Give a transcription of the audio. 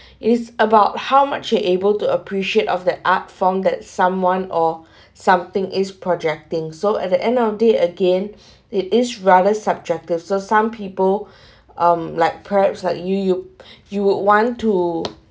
it's about how much it able to appreciate of that art form that someone or something is projecting so at the end of the day again it is rather subjective so some people um like perhaps like you you you would want to